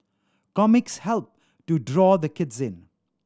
comics help to draw the kids in